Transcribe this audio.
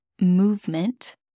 movement